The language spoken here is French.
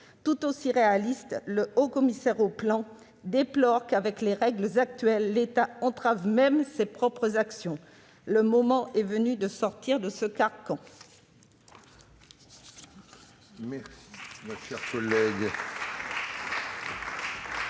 Tout aussi réaliste, le haut-commissaire au Plan déplore que l'État, avec les règles actuelles, entrave même ses propres actions. Le moment est venu de sortir de ce carcan.